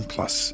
Plus